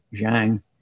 Zhang